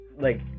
Like-